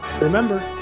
Remember